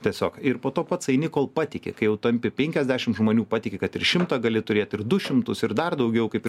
tiesiog ir po to pats eini kol patiki kai jau tampi penkiasdešimt žmonių patiki kad ir šimtą gali turėt ir du šimtus ir dar daugiau kaip ir